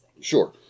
sure